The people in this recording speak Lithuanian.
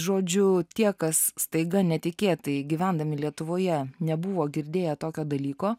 žodžiu tie kas staiga netikėtai gyvendami lietuvoje nebuvo girdėję tokio dalyko